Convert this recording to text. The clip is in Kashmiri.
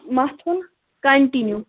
مَتھُن کَنٹِنیوٗ